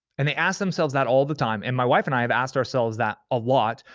and they ask themselves that all the time and my wife and i have asked ourselves that a lot.